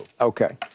Okay